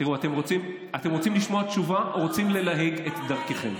אתם רוצים לשמוע תשובה, או רוצים ללהק את דרככם?